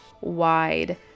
wide